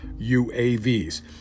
UAVs